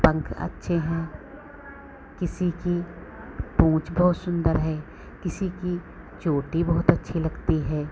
पंख अच्छे हैं किसी की पूँछ बहुत सुन्दर है किसी की चोटी बहुत अच्छी लगती है